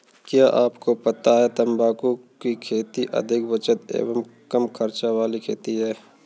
क्या आपको पता है तम्बाकू की खेती अधिक बचत एवं कम खर्च वाली खेती है?